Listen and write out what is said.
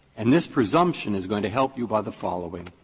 and this presumption is going to help you by the following.